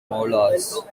molars